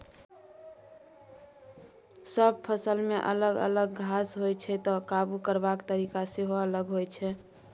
सब फसलमे अलग अलग घास होइ छै तैं काबु करबाक तरीका सेहो अलग होइ छै